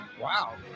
Wow